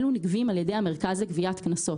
אלו נגבים על ידי המרכז לגביית קנסות.